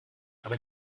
aber